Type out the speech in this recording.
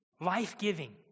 life-giving